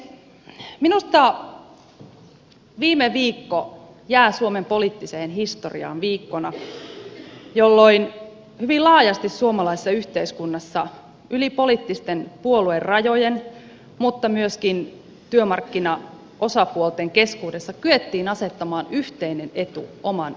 minusta viime viikko jää suomen poliittiseen historiaan viikkona jolloin hyvin laajasti suomalaisessa yhteiskunnassa yli poliittisten puoluerajojen mutta myöskin työmarkkinaosapuolten keskuudessa kyettiin asettamaan yhteinen etu oman edun edelle